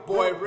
Boy